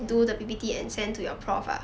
ya